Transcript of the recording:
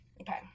Okay